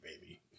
baby